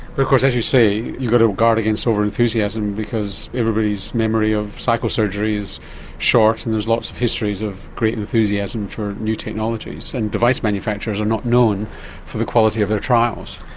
because as you say you've got to guard against over-enthusiasm because everybody's memory of psycho surgery is short and there's lots of histories of great enthusiasm for new technologies and device manufacturers are not known for the quality of their trials.